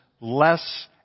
less